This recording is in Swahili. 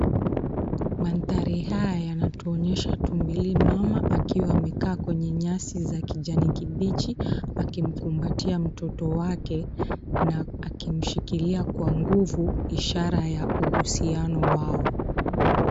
Mandhari haya yanatuonyesha tumbili mama akiwa amekaa kwenye nyasi za kijani kibichi, akimkumbatia mtoto wake na akimshikilia kwa nguvu ishara ya uhusiano wao.